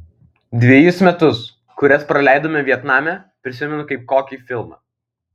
dvejus metus kuriuos praleidome vietname prisimenu kaip kokį filmą